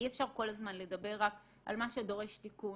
אי אפשר כל הזמן לדבר רק על מה שדורש תיקון